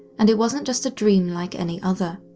and it wasn't just a dream like any other.